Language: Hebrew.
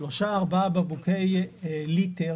שלושה-ארבע בקבוקי ליטר